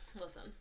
Listen